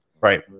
Right